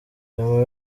wema